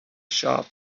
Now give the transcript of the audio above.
shop